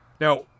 Now